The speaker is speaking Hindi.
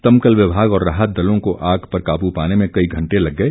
दमकल विभाग और राहत दलों को आग पर काबू पाने में कई घंटे लग गए